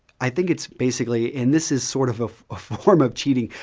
i think it's basically and this is sort of of a form of cheating.